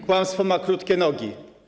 Kłamstwo ma krótkie nogi.